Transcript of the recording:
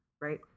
right